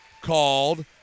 called